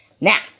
Now